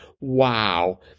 Wow